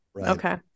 Okay